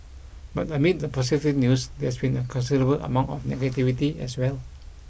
but amid the positive news there's been a considerable amount of negativity as well